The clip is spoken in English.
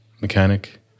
mechanic